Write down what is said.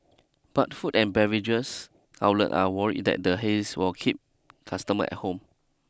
but food and beverages outlets are worried that the haze will keep customers at home